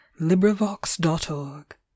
LibriVox.org